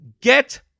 get